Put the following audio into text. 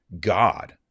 God